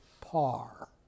par